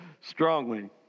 strongly